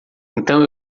então